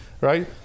right